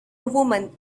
woman